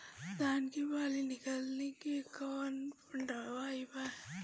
धान के बाली निकलते के कवन दवाई पढ़े?